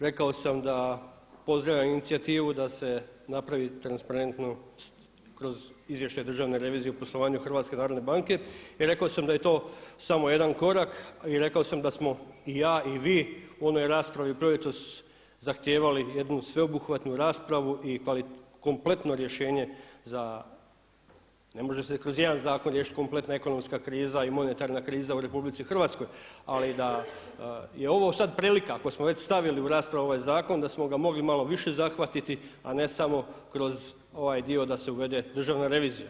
Rekao sam da pozdravljam inicijativu da se napravi transparentno kroz izvještaj Državne revizije o poslovanju HNB-a i rekao sam da je to samo jedan korak i rekao sam smo i ja i vi u onoj raspravi proljetos zahtijevali jednu sveobuhvatnu raspravu i kompletno rješenje, ne može se kroz jedan zakon riješiti kompletna ekonomska i monetarna kriza u RH, ali da je ovo sada prilika ako smo već stavili u raspravu ovaj zakon da smo ga mogli malo više zahvatiti, a ne samo kroz ovaj dio da se uvede Državna revizija.